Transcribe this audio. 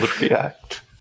React